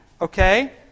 okay